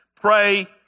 Pray